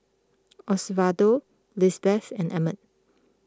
Osvaldo Lizbeth and Emmett